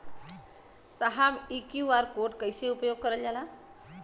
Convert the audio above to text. साहब इ QR code के कइसे उपयोग करल जाला?